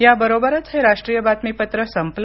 याबरोबरच हे राष्ट्रीय बातमीपत्र संपलं